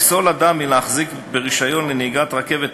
לפסול אדם מלהחזיק ברישיון לנהיגת רכבת ארצית,